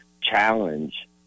challenge